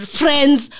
friends